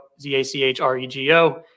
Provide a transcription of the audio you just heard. Z-A-C-H-R-E-G-O